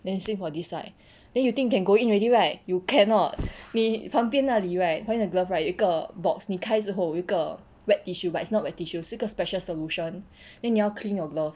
then still got this like then you think can go in already right you cannot 你旁边那里 right cause 旁边的 glove right 有一个 box 你开始后有一个 wet tissue but it's not wet tissue 是一个 special solution then 你要 clean your glove